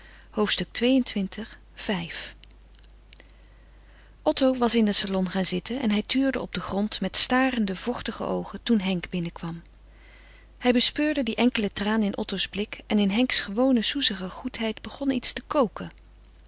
otto was in den salon gaan zitten en hij tuurde op den grond met starende vochtige oogen toen henk binnenkwam hij bespeurde een enkelen traan in otto's blik en in henks gewone soezige goedheid begon iets te koken